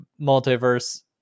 multiverse